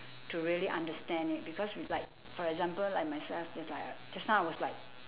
to really understand it because we like for example like myself just like uh just now I was like